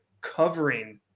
covering